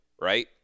Right